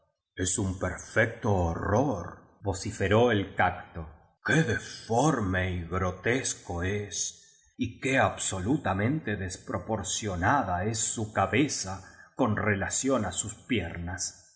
es un perfecto horror vociferó el cacto qué deforme y grotesco es y qué absolutamente desproporcionada es su cabeza con relación á sus piernas